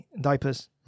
diapers